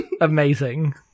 Amazing